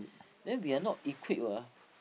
then we are not equipped ah